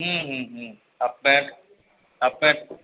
ହୁଁ ହୁଁ ହୁଁ ହାଫ୍ ପ୍ୟାଣ୍ଟ୍ ହାଫ୍ ପ୍ୟାଣ୍ଟ୍